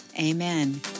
Amen